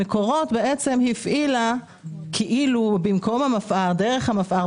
מקורות הפעילה כאילו במקום המפא"ר דרך המפא"ר,